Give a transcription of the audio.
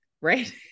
right